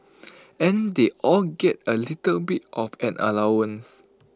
and they all get A little bit of an allowance